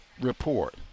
report